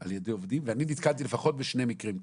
על ידי עובדים ואני נתקלתי לפחות בשני מקרים כאלה.